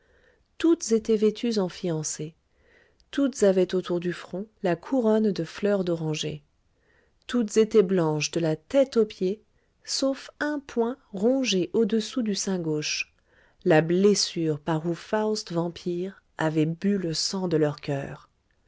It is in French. toutes étaient vêtues en fiancées toutes avaient autour du front la couronne de fleur d'oranger toutes étaient blanches de la tête aux pieds sauf un point ronge au-dessous du sein gauche la blessure par où faust vampire avait bu le sang de leur coeur